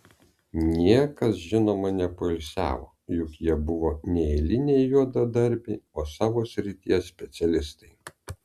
niekas žinoma nepoilsiavo juk jie buvo ne eiliniai juodadarbiai o savo srities specialistai